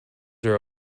are